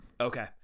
Okay